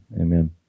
Amen